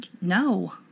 No